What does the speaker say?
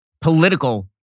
political